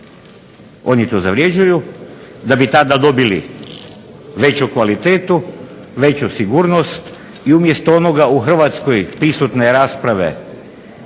oni to zavređuju da bi tada dobili veću kvalitetu, veću sigurnost i umjesto onoga u Hrvatskoj prisutne rasprave